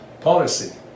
policy